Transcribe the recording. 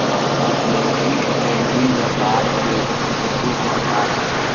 security trading व्यापार के ईगो प्रकार ह